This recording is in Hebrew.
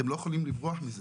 אתם לא יכולים לברוח מזה.